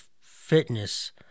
fitness